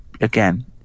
again